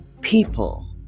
people